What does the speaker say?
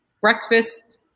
breakfast